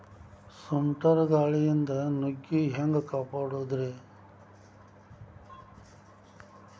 ಸುಂಟರ್ ಗಾಳಿಯಿಂದ ನುಗ್ಗಿ ಹ್ಯಾಂಗ ಕಾಪಡೊದ್ರೇ?